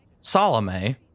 Salome